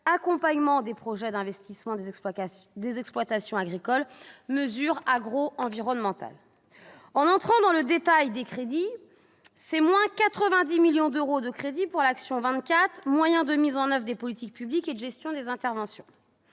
accompagnement des projets d'investissement des exploitations agricoles, mesures agroenvironnementales. En entrant dans le détail des crédits, c'est moins 90 millions d'euros de crédits pour l'action n° 27, Moyens de mise en oeuvre des politiques publiques et gestion des interventions.